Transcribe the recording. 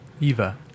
eva